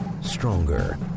Stronger